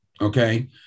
Okay